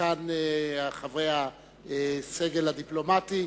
ולזקן חברי הסגל הדיפלומטי.